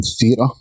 theatre